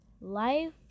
life